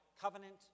covenant